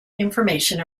information